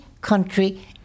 country